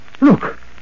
Look